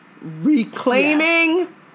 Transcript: Reclaiming